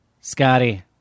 Scotty